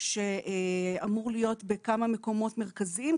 שאמור להיות בכמה מקומות מרכזיים,